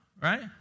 right